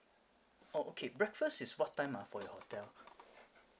oh okay breakfast is what time ah for your hotel